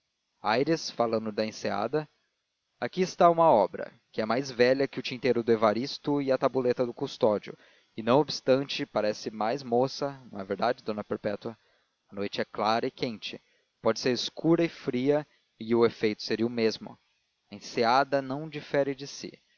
aires falando da enseada aqui está uma obra que é mais velha que o tinteiro do evaristo e a tabuleta do custódio e não obstante parece mais moça não é verdade d perpétua a noite é clara e quente podia ser escura e fria e o efeito seria o mesmo a enseada não difere de si